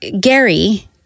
Gary